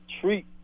treat